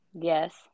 yes